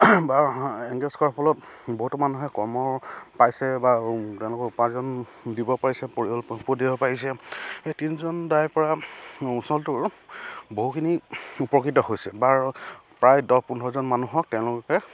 বা এংগেজ কৰাৰ ফলত বহুতো মানুহে কৰ্ম পাইছে বা তেওঁলোকৰ উপাৰ্জন দিব পাৰিছে পৰিয়াল পোহ দিব পাৰিছে সেই তিনিজন দাইৰ পৰা অঞ্চলটোৰ বহুখিনি উপকৃত হৈছে বা প্ৰায় দহ পোন্ধৰজন মানুহক তেওঁলোকে